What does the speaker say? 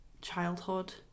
childhood